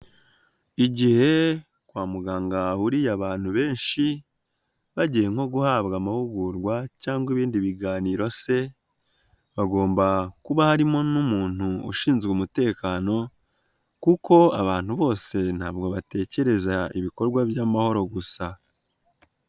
Igihe kwa muganga hahuriye abantu benshi bagiye nko guhabwa amahugurwa cyangwa ibindi biganiro se, hagomba kuba harimo n'umuntu ushinzwe umutekano kuko abantu bose ntabwo batekereza ibikorwa by'amahoro gusa.